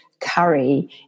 curry